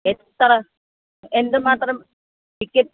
എത്ര എന്തുമാത്രം ചിക്കെൻ